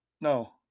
no